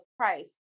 Christ